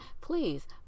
please